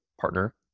partner